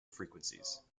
frequencies